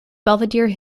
belvedere